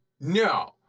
No